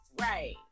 right